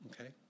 okay